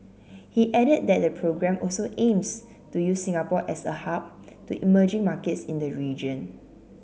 he added that the programme also aims to use Singapore as a hub to emerging markets in the region